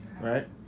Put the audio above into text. Right